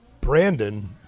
Brandon